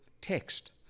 text